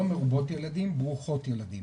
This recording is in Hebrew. לא מרובות ילדים ברוכות ילדים.